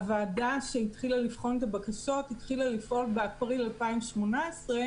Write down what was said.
הוועדה שהתחילה לבחון את הבקשות התחילה לפעול באפריל 2018,